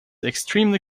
extremely